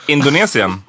Indonesien